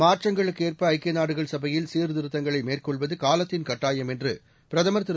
மாற்றங்களுக்கு ஏற்ப ஐக்கிய நாடுகள் சபையில் சீர்திருத்தங்களை மேற்கொள்வது காலத்தின் கட்டாயம் என்று பிரதமர் திரு